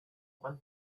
one